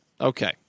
Okay